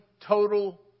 total